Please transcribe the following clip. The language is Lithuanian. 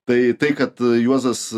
tai tai kad juozas